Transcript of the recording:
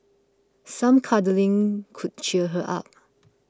some cuddling could cheer her up